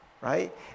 right